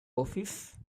office